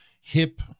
hip